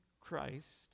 Christ